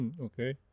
Okay